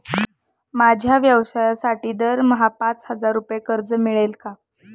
माझ्या व्यवसायासाठी दरमहा पाच हजार रुपये कर्ज मिळेल का?